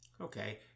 okay